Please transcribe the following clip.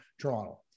Toronto